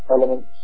elements